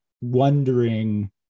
wondering